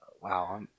Wow